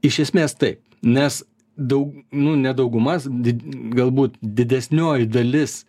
iš esmės taip nes daug nu ne dauguma di galbūt didesnioji dalis